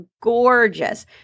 gorgeous